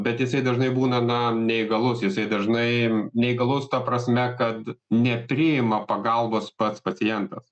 bet jisai dažnai būna na neįgalus jisai dažnai neįgalus ta prasme kad nepriima pagalbos pats pacientas